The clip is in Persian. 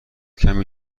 کمی